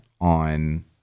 on